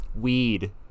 Weed